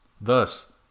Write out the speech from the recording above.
Thus